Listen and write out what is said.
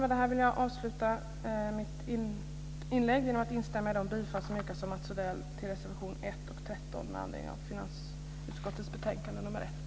Med det här vill jag avsluta mitt inlägg genom att instämma i Mats Odells yrkande om bifall till reservationerna 1 och 13 med anledning av finansutskottets betänkande nr 1.